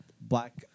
Black